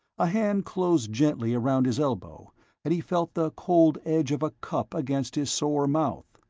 a hand closed gently around his elbow and he felt the cold edge of a cup against his sore mouth.